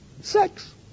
Sex